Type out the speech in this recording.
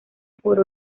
por